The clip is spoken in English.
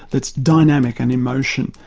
that's dynamic and in motion,